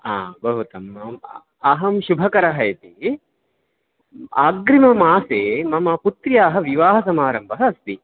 आम् भवतु अहं शुभकरः इति अग्रिममासे मम पुत्र्याः विवाहसमारम्भः अस्ति